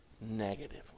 negatively